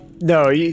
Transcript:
No